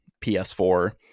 ps4